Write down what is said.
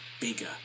bigger